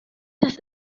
das